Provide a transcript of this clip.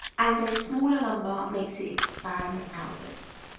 and a smaller number makes it expand outwards